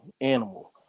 animal